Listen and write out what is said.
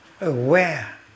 aware